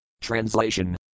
Translation